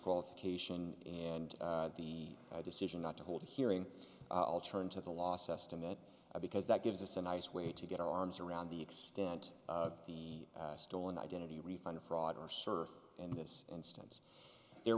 disqualification and the decision not to hold a hearing i'll turn to the loss estimate because that gives us a nice way to get our arms around the extent of the stolen identity refund fraud or serve in this instance there